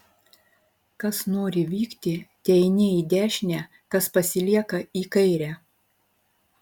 kas nori vykti teeinie į dešinę kas pasilieka į kairę